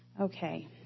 Okay